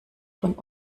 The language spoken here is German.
von